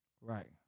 Right